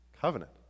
covenant